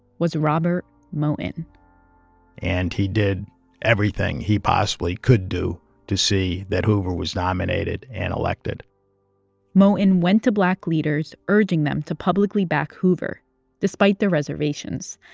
was robert moton and he did everything he possibly could do to see that hoover was nominated and elected moton went to black leaders urging them to publicly back hoover despite their reservations.